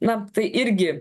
na tai irgi